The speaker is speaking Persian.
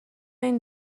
این